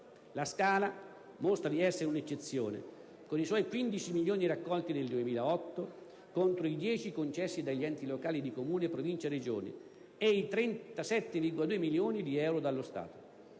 La Scala mostra di essere un'eccezione, con i suoi 15 milioni raccolti nel 2008 (contro i 10 milioni di euro concessi dagli enti locali di Comune, Provincia e Regione e i 37,2 milioni di euro dello Stato).